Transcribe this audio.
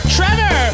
Trevor